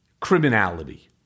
criminality